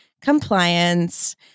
compliance